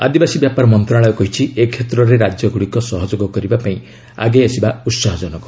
ଆଦିବାସୀ ବ୍ୟାପାର ମନ୍ତ୍ରଣାଳୟ କହିଛି ଏ କ୍ଷେତ୍ରରେ ରାଜ୍ୟଗୁଡ଼ିକ ସହଯୋଗ କରିବା ପାଇଁ ଆଗେଇ ଆସିବା ଉତ୍ସାହ ଜନକ